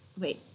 wait